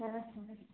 হ্যাঁ হ্যাঁ হ্যাঁ